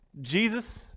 Jesus